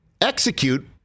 execute